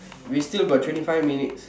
we still got twenty five minutes